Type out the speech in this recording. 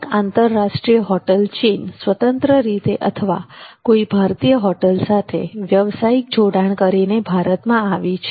અનેક આંતરરાષ્ટ્રીય hotel chain સ્વતંત્ર રીતે અથવા કોઈ ભારતીય હોટેલ સાથે વ્યવસાયિક જોડાણ કરીને ભારતમાં આવી છે